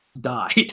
Died